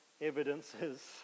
evidences